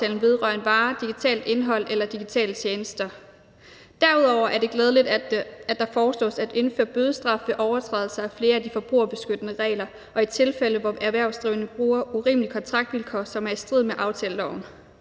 vedrører en vare, digitalt indhold eller digitale tjenester. Derudover er det glædeligt, at der foreslås at indføre bødestraf ved overtrædelse af flere af de forbrugerbeskyttende regler og i tilfælde, hvor erhvervsdrivende bruger urimelige kontraktvilkår, som er i strid med aftaleloven.